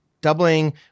doubling